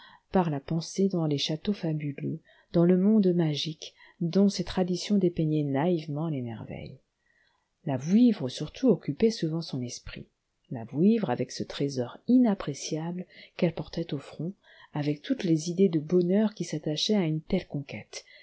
par la pensée dans les châteaux fabuleux dans le monde magique dont ces traditions dépeignait naïvement les merveilles la vouivre surtout occupait souvent son esprit la vouivre avec ce trésor inappréciable qu'elle portait au front avec toutes les idées de bonheur qui s'attachaient à une telle conquête